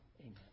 Amen